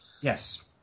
Yes